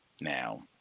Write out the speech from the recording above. Now